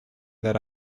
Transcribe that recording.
that